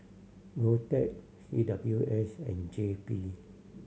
GovTech C W S and J P